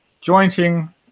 jointing